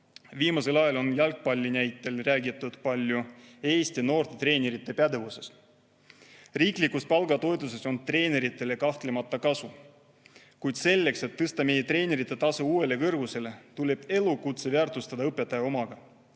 Viimasel ajal on jalgpalli näitel räägitud palju Eesti noortetreenerite pädevusest. Riiklikust palgatoetusest on treeneritel kahtlemata kasu. Kuid selleks, et tõsta meie treenerite tasu uuele kõrgusele, tuleb seda elukutset väärtustada [võrdselt] õpetaja omaga.